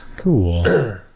cool